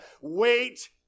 wait